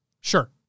Sure